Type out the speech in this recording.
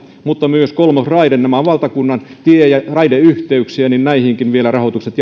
mutta myös kolmosraiteelle nämä ovat valtakunnan tie ja raideyhteyksiä saadaan vielä rahoitukset